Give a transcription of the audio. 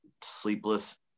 sleepless